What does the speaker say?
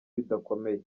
bidakomeye